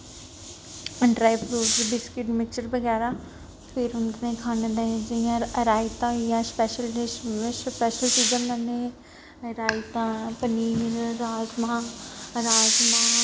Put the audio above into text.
dry fruits biscuit mixture बगैरा फिर उंदे ताहीं खाने ताहीं जि'यां रायता होइया स्पेशल डिश जि'यां स्पेशल चीजां लैआने आं रायता पनीर राजमांह् राजमांह्